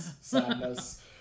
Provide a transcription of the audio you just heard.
Sadness